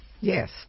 Yes